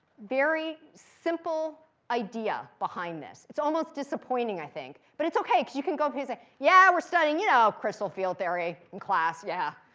very simple idea behind this. it's almost disappointing, i think. but it's ok. you can go, ah yeah we're studying, you know, crystal field theory in class. yeah,